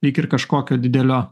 lyg ir kažkokio didelio